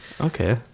Okay